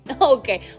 Okay